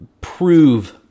prove